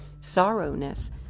sorrowness